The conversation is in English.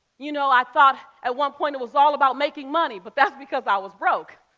you know, i thought at one point it was all about making money, but that's because i was broke.